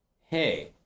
hey